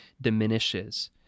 diminishes